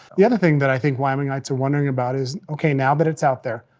the other thing that i think wyomingites are wondering about is, okay, now that it's out there,